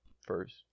first